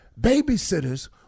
Babysitters